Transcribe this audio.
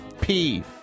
pee